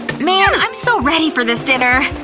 man, i'm so ready for this dinner.